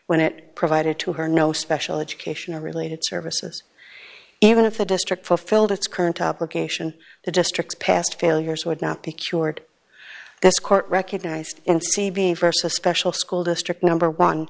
when it provided to her no special education related services even if the district fulfilled its current obligation the district's past failures would not be cured this court recognized in c b versus special school district number one